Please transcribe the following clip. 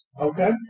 Okay